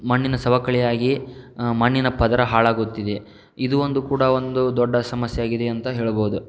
ಮಣ್ಣಿನ ಸವಕಳಿಯಾಗಿ ಮಣ್ಣಿನ ಪದರ ಹಾಳಾಗುತ್ತಿದೆ ಇದು ಒಂದು ಕೂಡ ಒಂದು ದೊಡ್ಡ ಸಮಸ್ಯೆಯಾಗಿದೆ ಅಂತ ಹೇಳಬೋದು